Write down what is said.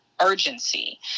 urgency